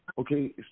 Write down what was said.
Okay